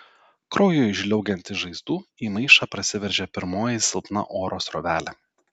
kraujui žliaugiant iš žaizdų į maišą prasiveržė pirmoji silpna oro srovelė